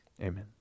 Amen